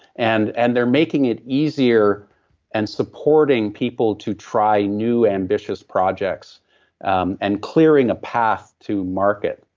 and and they're making it easier and supporting people to try new ambitious projects um and clearing a path to market